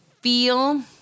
feel